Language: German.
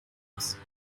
muss